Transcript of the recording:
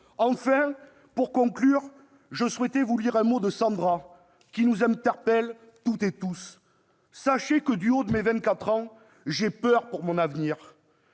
Enfin, pour conclure, je souhaite vous lire un mot de Sandra, qui nous interpelle toutes et tous :« Sachez que, du haut de mes vingt-quatre ans, j'ai peur pour mon avenir